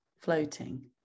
floating